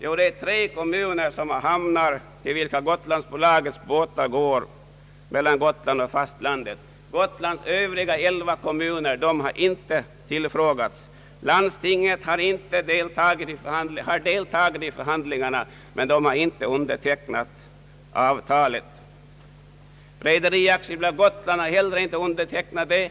Jo, de tre kommuner, som har hamnar till vilka Gotlandsbolagets båtar går mellan Gotland och fastlandet. Gotlands övriga elva kommuner har inte tillfrågats. Landstinget har deltagit i förhandlingarna men har inte undertecknat avtalet. Rederi AB Gotland har inte heller undertecknat det.